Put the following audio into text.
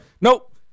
Nope